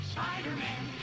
Spider-Man